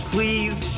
Please